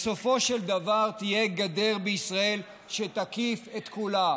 בסופו של דבר תהיה גדר בישראל שתקיף את כולה.